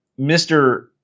Mr